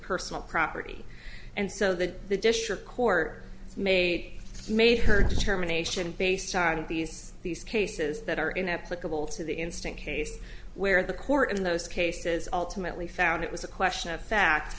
personal property and so that the district court made made her determination based on these these cases that are in applicable to the instant case where the court in those cases ultimately found it was a question of fa